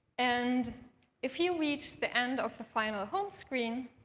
and if you reach the end of the final home screen,